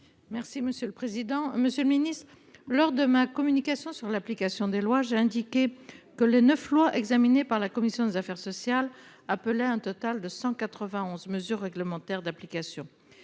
Merci monsieur le président, Monsieur le Ministre. Lors de ma communication. Sur l'application des lois. J'ai indiqué que les 9 loi examiné par la commission des affaires sociales. Un total de 191 mesures réglementaires d'application.